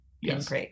Yes